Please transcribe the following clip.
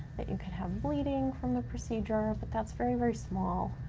that you can have bleeding from the procedure, but that's very, very small.